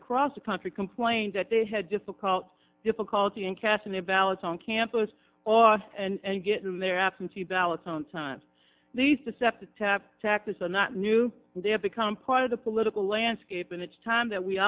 across the country complained that they had difficult difficulty in casting their ballots on campus or and getting their absentee ballots on time these deceptive taps taxes are not new they have become part of the political landscape and it's time that we